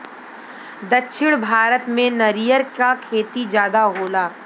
दक्षिण भारत में नरियर क खेती जादा होला